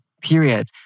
period